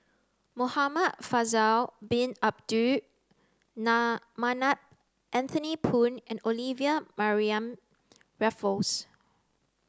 Muhamad Faisal bin Abdul Manap Anthony Poon and Olivia Mariamne Raffles